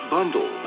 Bundle